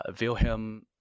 Wilhelm